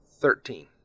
Thirteen